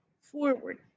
forward